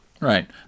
Right